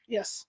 Yes